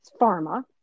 pharma